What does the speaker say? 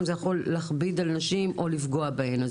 זה יכול להכביד על נשים או לפגוע בהן.